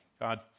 God